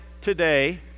today